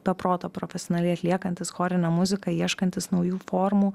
be proto profesionaliai atliekantis chorinę muziką ieškantis naujų formų